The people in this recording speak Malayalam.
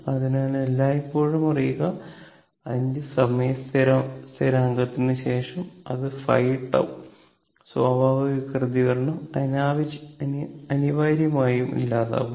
അതിനാൽ എല്ലായ്പ്പോഴും അറിയുക 5 സമയ സ്ഥിരാങ്കത്തിന് ശേഷം അതായത് 5τ സ്വാഭാവിക പ്രതികരണം അനിവാര്യമായും ഇല്ലാതാവുന്നു